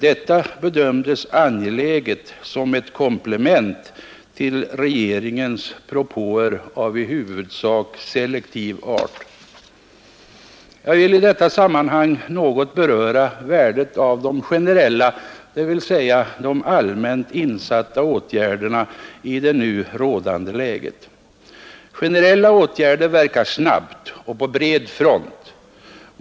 Detta bedömdes angeläget som ett komplement till regeringens propåer av i huvudsak selektiv art. Jag vill i detta sammanhang något beröra värdet av generella, dvs. allmänt insatta, åtgärder i det nu rådande läget. Generella åtgärder verkar snabbt och på bred front.